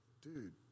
Dude